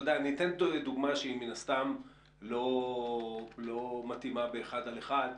אתן דוגמה שהיא לא מתאימה אחד על אחד,